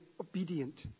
obedient